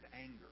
anger